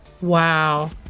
Wow